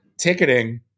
ticketing